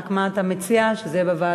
רק מה אתה מציע, שזה יהיה בוועדה?